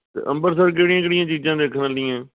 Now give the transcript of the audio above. ਅਤੇ ਅੰਮ੍ਰਿਤਸਰ ਕਿਹੜੀਆਂ ਕਿਹੜੀਆਂ ਚੀਜ਼ਾਂ ਦੇਖਣ ਵਾਲੀਆਂ